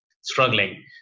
struggling